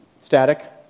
static